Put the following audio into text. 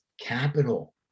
capital